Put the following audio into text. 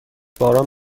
باران